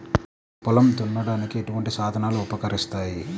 పొలం దున్నడానికి ఎటువంటి సాధనలు ఉపకరిస్తాయి?